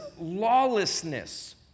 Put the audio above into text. lawlessness